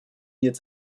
jetzt